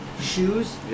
shoes